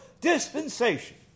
dispensation